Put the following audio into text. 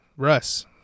Russ